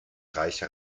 reich